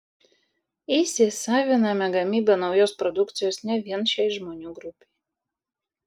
įsisaviname gamybą naujos produkcijos ne vien šiai žmonių grupei